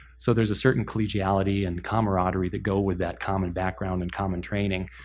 so there's a certain collegiality, and camaraderie that go with that common background, and common training,